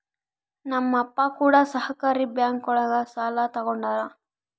ನಮ್ ಅಪ್ಪ ಕೂಡ ಸಹಕಾರಿ ಬ್ಯಾಂಕ್ ಒಳಗ ಸಾಲ ತಗೊಂಡಾರ